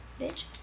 Bitch